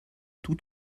tout